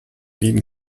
wien